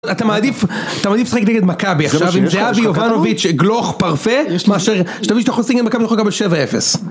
אתה מעדיף, אתה מעדיף לשחק נגד מכבי עכשיו, זה מה שיש לך ? גם אם זה אבי יובנוביץ' גלוך פרפה, מאשר שתמיד שאתה יכול לשחק נגד מכבי יכול לקבל גם 7-0.